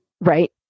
Right